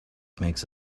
makes